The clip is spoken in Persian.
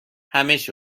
همش